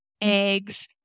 eggs